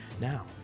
Now